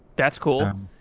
that's cool.